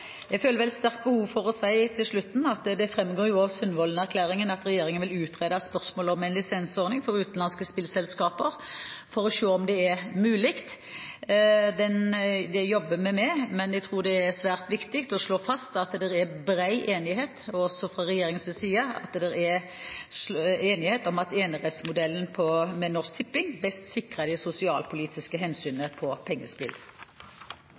Jeg føler sterkt behov for å si til slutt at det også framgår av Sundvolden-erklæringen at regjeringen vil utrede spørsmålet om en lisensordning for utenlandske spillselskaper for å se om det er mulig. Det jobber vi med, men jeg tror det er svært viktig å slå fast at det er bred enighet – også fra regjeringens side – om at enerettsmodellen med Norsk Tipping best sikrer de sosialpolitiske hensynene på pengespill.